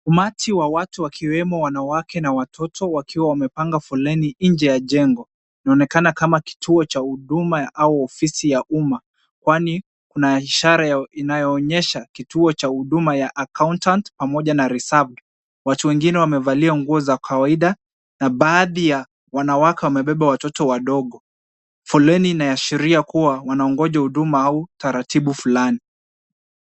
Umati wa watu wakiwemo wanawake na watoto wakiwa wamepanga foleni nje ya jengo. Inaonekana kama kituo cha huduma au ofisi ya uma kwani kuna ishara inayoonyesha kituo cha huduma ya accountant pamoja na reserved . Watu wengine wamevalia nguo za kawaida na baadhi ya wanawake wamebeba watoto wadogo . Foleni inaashiria kuwa wanaongonja huduma au taratibu fulani.